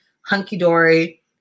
hunky-dory